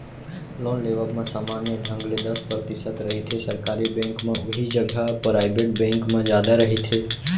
loan लेवब म समान्य ढंग ले दस परतिसत रहिथे सरकारी बेंक म उहीं जघा पराइबेट बेंक म जादा रहिथे